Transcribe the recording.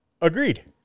Agreed